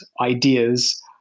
ideas